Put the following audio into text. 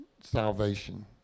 salvation